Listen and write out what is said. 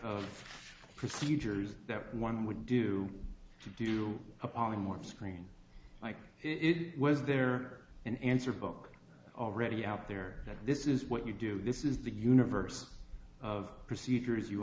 of procedures that one would do to do more screen like it was there an answer book already out there this is what you do this is the universe of procedures you